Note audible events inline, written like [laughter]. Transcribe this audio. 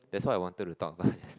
that's why I wanted to talk about [laughs] this